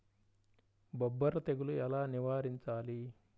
బొబ్బర తెగులు ఎలా నివారించాలి?